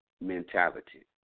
mentality